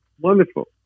Wonderful